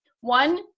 One